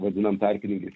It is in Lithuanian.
vadinam tarpininkais